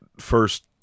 first-